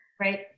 right